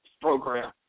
program